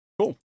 Cool